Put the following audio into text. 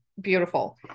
beautiful